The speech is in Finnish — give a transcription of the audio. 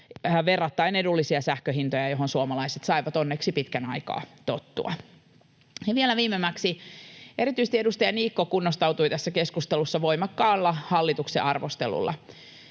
verrattain edullisia sähkönhintoja, joihin suomalaiset saivat onneksi pitkän aikaa tottua. Ja vielä viimemmäksi: Erityisesti edustaja Niikko kunnostautui tässä keskustelussa voimakkaalla hallituksen arvostelulla.